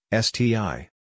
STI